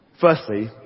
Firstly